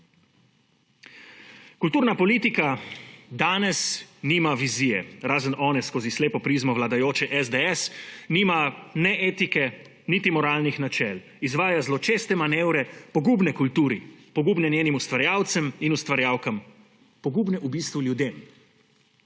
Kulturna politika danes nima vizije, razen tiste skozi slepo prizmo vladajoče SDS, nima niti etike niti moralnih načel, izvaja zločeste manevre, pogubne kulturi, pogubne njenim ustvarjalcem in ustvarjalkam, pogubne v bistvu ljudem.